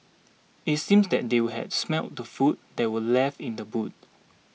it seems that they had smelt the food that were left in the boot